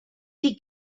dir